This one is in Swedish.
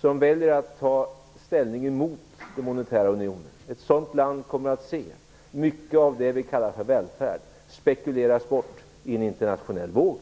som väljer att ta ställning mot den monetära unionen kommer att se mycket av det som vi kallar för välfärd spekuleras bort i en internationell våg.